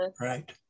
Right